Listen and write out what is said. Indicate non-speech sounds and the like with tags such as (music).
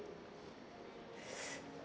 (breath)